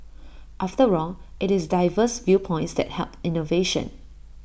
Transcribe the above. after all IT is diverse viewpoints that help innovation